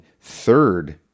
Third